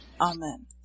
Amen